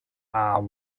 are